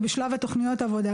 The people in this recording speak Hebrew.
ובשלב תוכניות העבודה,